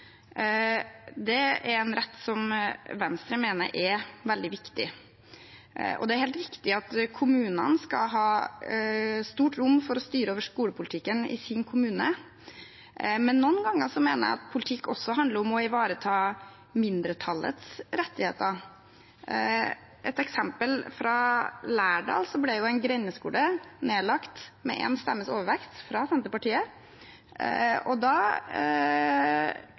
Det er en rett som Venstre mener er veldig viktig. Det er helt riktig at kommunene skal ha stort rom for å styre over skolepolitikken i sin kommune, men noen ganger mener jeg at politikk også handler om å ivareta mindretallets rettigheter. Et eksempel fra Lærdal: Der ble en grendeskole nedlagt med én stemmes overvekt – fra Senterpartiet. Da